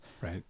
right